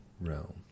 realm